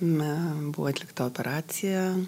na buvo atlikta operacija